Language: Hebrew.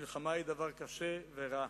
מלחמה היא דבר קשה ורע.